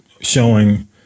showing